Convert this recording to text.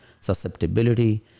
susceptibility